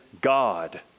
God